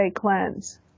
cleanse